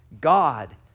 God